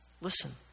Listen